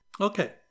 Okay